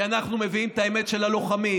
כי אנחנו מביאים את האמת של הלוחמים.